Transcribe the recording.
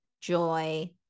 joy